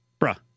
Bruh